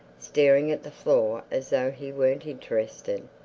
staring at the floor as though he weren't interested.